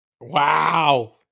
Wow